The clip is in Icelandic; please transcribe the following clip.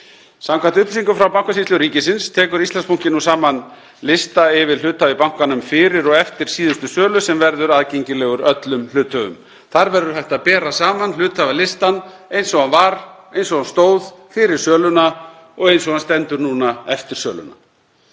Samkvæmt upplýsingum frá Bankasýslu ríkisins tekur Íslandsbanki nú saman lista yfir hluthafa í bankanum fyrir og eftir síðustu sölur sem verður aðgengilegur öllum hluthöfum. Þar verður hægt að bera saman hluthafalistann eins og hann stóð fyrir söluna og eins og hann stendur núna eftir söluna.